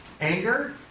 Anger